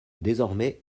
désormais